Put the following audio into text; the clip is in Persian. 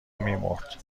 میمرد